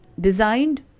designed